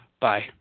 Bye